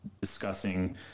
discussing